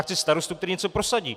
Já chci starostu, který něco prosadí.